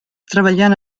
treballant